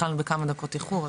התחלנו בכמה דקות איחור,